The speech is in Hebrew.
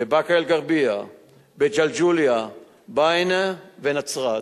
בבאקה-אל-ע'רביה, בג'לג'וליה, בענה ונצרת.